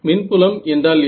மின்புலம் என்றால் என்ன